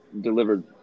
delivered